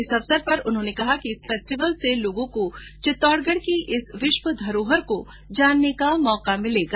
इस अवसर पर उन्होने कहा कि इस फेस्टिवल से लोगों को चित्तौड़गढ की इस विश्व धरोहर को जानने का मौका मिलेगा